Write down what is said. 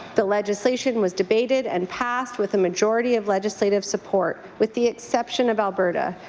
the legislation was debated and passed with a majority of legislative support, with the exception of alberta,